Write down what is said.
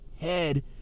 head